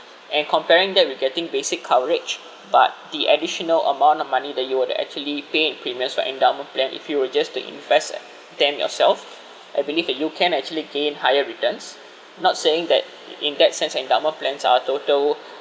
and comparing that we getting basic coverage but the additional amount of money that you would actually pay in premiums for endowment plan if you were just to invest them yourself I believe that you can actually gained higher returns not saying that in in that sense endowment plans are total